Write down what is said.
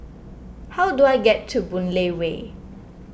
how do I get to Boon Lay Way